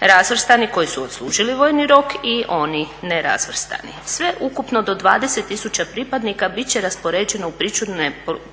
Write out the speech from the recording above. razvrstani koji su odslužili vojni rok i oni nerazvrstani. Sve ukupno do 20 tisuća pripadnika bit će raspoređeno u pričuvne postrojbe